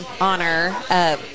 honor